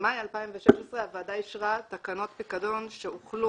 במאי 2016 הוועדה אישרה תקנות פיקדון שהוחלו